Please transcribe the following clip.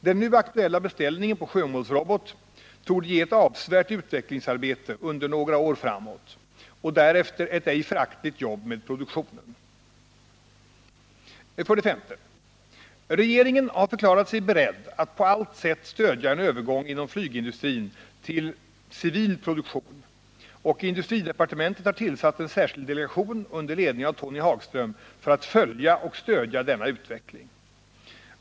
Den nu aktuella beställningen på sjömålsrobot torde ge ett avsevärt utvecklingsarbete under några år framåt, och därefter ett ej föraktligt jobb med produktionen. S. Regeringen har förklarat sig beredd att på allt sätt stödja en övergång inom flygindustrin till civil produktion, och industridepartementet har tillsatt en särskild delegation under ledning av Tony Hagström för att följa och stödja denna utveckling.